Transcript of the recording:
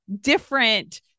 different